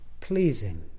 pleasing